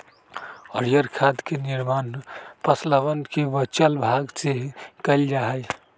हरीयर खाद के निर्माण फसलवन के बचल भाग से कइल जा हई